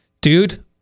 dude